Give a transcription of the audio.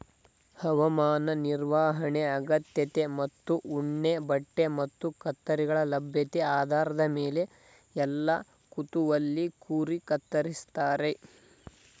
ಹವಾಮಾನ ನಿರ್ವಹಣೆ ಅಗತ್ಯತೆ ಮತ್ತು ಉಣ್ಣೆಬಟ್ಟೆ ಮತ್ತು ಕತ್ತರಿಗಳ ಲಭ್ಯತೆ ಆಧಾರದ ಮೇಲೆ ಎಲ್ಲಾ ಋತುವಲ್ಲಿ ಕುರಿ ಕತ್ತರಿಸ್ತಾರೆ